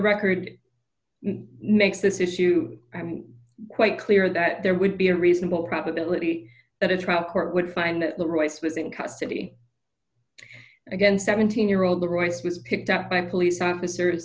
record makes this issue quite clear that there would be a reasonable probability that a trial court would find that the royce was in custody again seventeen year old the royce was picked up by police officers